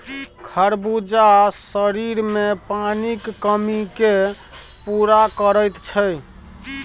खरबूजा शरीरमे पानिक कमीकेँ पूरा करैत छै